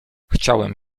chciałem